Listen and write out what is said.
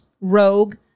rogue